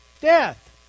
Death